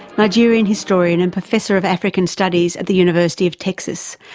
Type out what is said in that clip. nigerian historian and professor of african studies at the university of texas,